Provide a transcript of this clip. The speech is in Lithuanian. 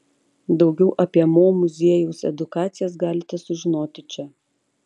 daugiau apie mo muziejaus edukacijas galite sužinoti čia